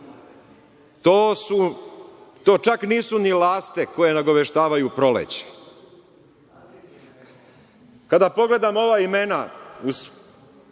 to čak nisu ni laste koje nagoveštavaju proleće. Kada pogledamo ova imena